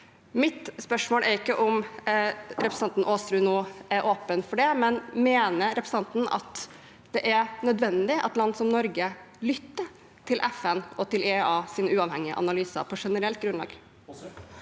Mitt spørsmål er ikke om representanten Aasrud nå er åpen for det, men mener representanten at det er nødvendig at land som Norge lytter til FNs og IEAs uavhengige analyser på generelt grunnlag?